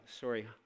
sorry